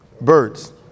Birds